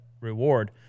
reward